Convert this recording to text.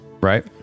Right